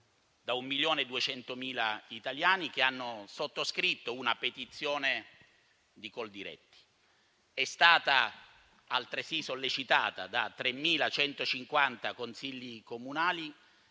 da 1.200.000 italiani, che hanno sottoscritto una petizione di Coldiretti. È stata altresì sollecitata da 3.150 Consigli comunali,